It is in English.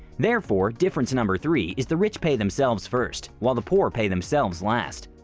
therefore, difference number three is the rich pay themselves first while the poor pay themselves last.